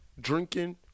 drinking